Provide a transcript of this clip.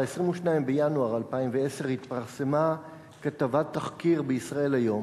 ב-22 בינואר 2010 התפרסמה כתבת תחקיר ב"ישראל היום"